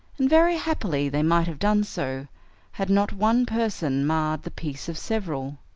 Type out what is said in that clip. and very happily they might have done so had not one person marred the peace of several.